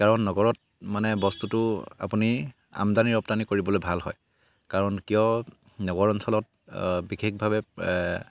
কাৰণ নগৰত মানে বস্তুটো আপুনি আমদানি ৰপ্তানি কৰিবলৈ ভাল হয় কাৰণ কিয় নগৰ অঞ্চলত বিশেষভাৱে